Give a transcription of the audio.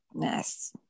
yes